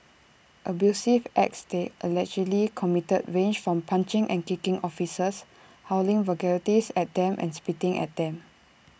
abusive acts they allegedly committed range from punching and kicking officers hurling vulgarities at them and spitting at them